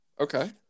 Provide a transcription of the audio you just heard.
Okay